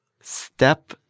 Step